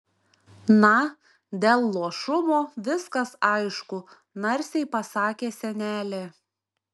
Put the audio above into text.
na dėl luošumo viskas aišku narsiai pasakė senelė